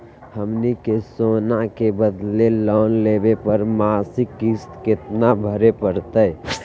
हमनी के सोना के बदले लोन लेवे पर मासिक किस्त केतना भरै परतही हे?